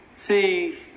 See